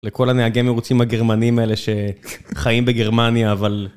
לכל הנהגי מירוצים הגרמנים האלה שחיים בגרמניה, אבל...